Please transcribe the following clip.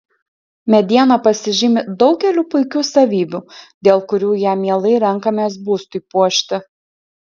mediena pasižymi daugeliu puikių savybių dėl kurių ją mielai renkamės būstui puošti